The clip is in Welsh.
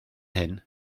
hyn